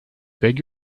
beg